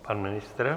Pan ministr?